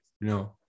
No